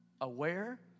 aware